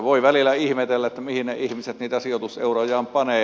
voi välillä ihmetellä mihin ne ihmiset niitä sijoituseurojaan panee